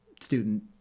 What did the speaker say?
student